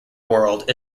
world